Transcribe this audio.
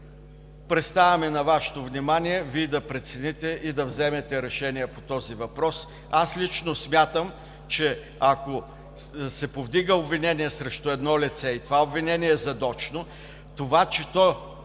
Представяме на Вашето внимание Вие да прецените и да вземете решение по този въпрос. Аз лично смятам, че ако се повдига обвинение срещу едно лице и това обвинение е задочно, това, че то